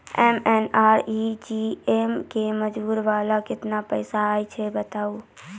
MNREGA के मज़दूरी वाला केतना पैसा आयल छै बताबू?